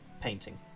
painting